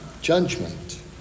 judgment